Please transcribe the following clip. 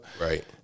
Right